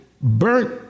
burnt